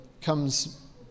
comes